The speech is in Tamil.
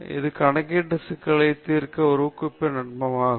இது கணக்கீட்டு சிக்கல்களை தீர்க்க ஒரு ஊக்குவிக்கும் நுட்பமாகும்